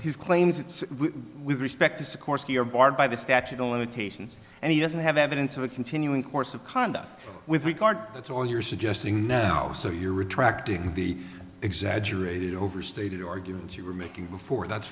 his claims it's with respect to sikorsky are barred by the statute of limitations and he doesn't have evidence of a continuing course of conduct with regard that's all you're suggesting now so you're retracting the exaggerated overstated argument you were making before that's